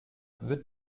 wird